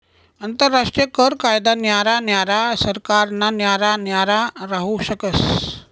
आंतरराष्ट्रीय कर कायदा न्यारा न्यारा सरकारना न्यारा न्यारा राहू शकस